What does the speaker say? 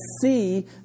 see